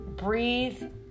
breathe